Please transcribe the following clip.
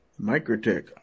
Microtech